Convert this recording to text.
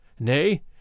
Nay